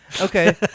Okay